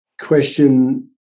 question